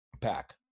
pack